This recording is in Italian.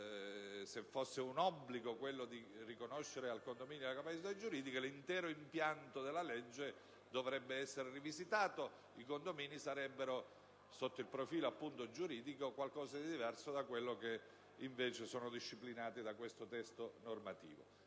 se fosse un obbligo il riconoscere al condominio la capacità giuridica, l'intero impianto della legge dovrebbe essere rivisitato e i condomini sarebbero, sotto il profilo giuridico, qualcosa di diverso da ciò che invece è disciplinato da questo testo normativo.